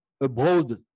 abroad